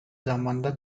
zamanda